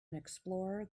explorer